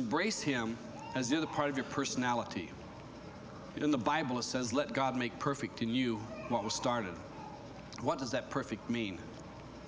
embrace him as the other part of your personality in the bible it says let god make perfect in you what was started what does that perfect i mean